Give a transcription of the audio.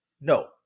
No